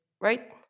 right